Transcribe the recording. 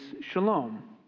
shalom